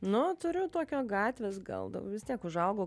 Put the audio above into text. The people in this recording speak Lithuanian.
nu turiu tokio gatvės gal dau vis tiek užaugau